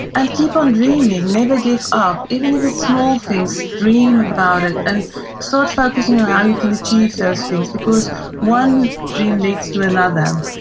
and keep on dreaming, never give up, even if it's small things, dream about it and start focusing on how you can achieve those things, because one dream leads to another.